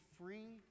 free